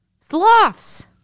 Sloths